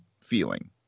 feeling